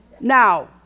Now